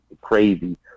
crazy